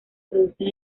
producen